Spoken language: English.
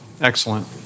Excellent